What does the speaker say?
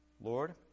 Lord